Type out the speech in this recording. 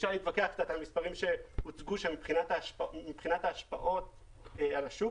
אפשר להתווכח קצת על המספרים שהוצגו מבחינת ההשפעות על השוק.